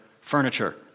furniture